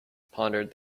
pondered